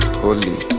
holy